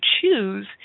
choose